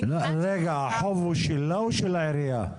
--- החוב הוא שלה או של העירייה?